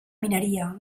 mineria